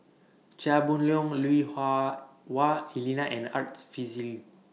Chia Boon Leong Lui Hah Wah Elena and Arts Fazil